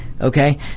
Okay